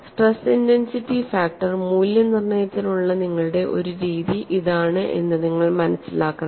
stress intensity factor മൂല്യനിർണ്ണയത്തിനുള്ള നിങ്ങളുടെ ഒരു രീതി ഇതാണ് എന്ന് നിങ്ങൾ മനസിലാക്കണം